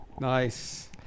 Nice